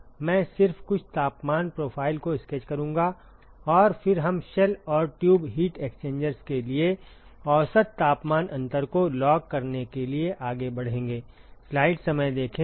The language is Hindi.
मैं सिर्फ कुछ तापमान प्रोफाइल को स्केच करूंगा और फिर हम शेल और ट्यूब हीट एक्सचेंजर्स के लिए औसत तापमान अंतर को लॉग करने के लिए आगे बढ़ेंगे